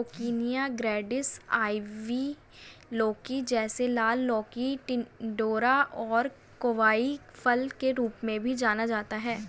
coccinia grandis, ivy लौकी, जिसे लाल लौकी, टिंडोरा और कोवाई फल के रूप में भी जाना जाता है